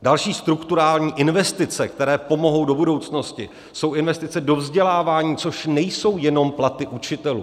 Další strukturální investice, které pomohou do budoucnosti, jsou investice do vzdělávání, což nejsou jenom platy učitelů.